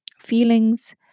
feelings